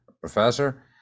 professor